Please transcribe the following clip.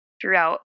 throughout